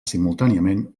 simultàniament